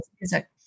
music